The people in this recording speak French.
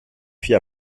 fit